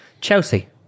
Chelsea